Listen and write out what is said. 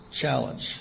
challenge